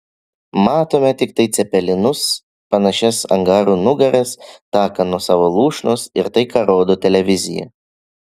matome tiktai į cepelinus panašias angarų nugaras taką nuo savo lūšnos ir tai ką rodo televizija